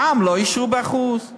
במע"מ לא אישרו העלאה ב-1%?